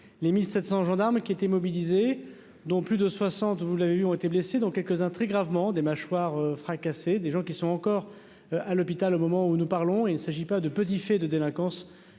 les 1000 700 gendarmes qui étaient mobilisés, dont plus de 60, vous l'avez vu, ont été blessés, dont quelques-uns très gravement des mâchoire fracassée, des gens qui sont encore à l'hôpital au moment où nous parlons, il s'agit pas de petits faits de délinquance